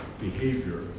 behavior